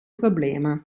problema